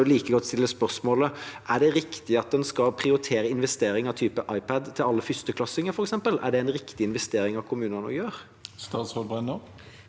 Er det riktig at en skal prioritere investering av typen iPad til alle førsteklassinger?